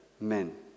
men